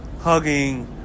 Hugging